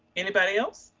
anybody else?